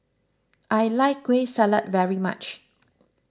I like Kueh Salat very much